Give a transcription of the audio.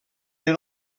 era